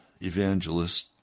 evangelist